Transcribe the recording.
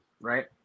right